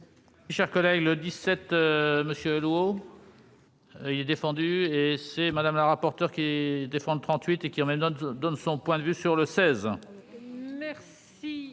Merci